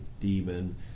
demon